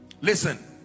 listen